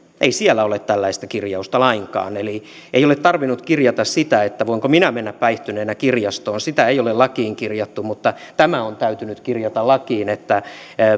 ei siellä ole tällaista kirjausta lainkaan eli ei ole tarvinnut kirjata sitä voinko minä mennä päihtyneenä kirjastoon sitä ei ole lakiin kirjattu mutta tämä on täytynyt kirjata lakiin että